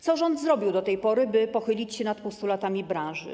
Co rząd zrobił do tej pory, by pochylić się nad postulatami branży?